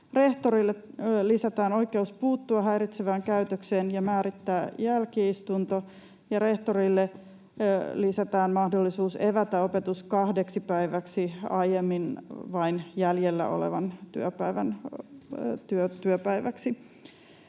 Rehtorille lisätään oikeus puuttua häiritsevään käytökseen ja määrittää jälki-istunto, ja rehtorille lisätään mahdollisuus evätä opetus kahdeksi päiväksi aiemman vain jäljellä olevan työpäivän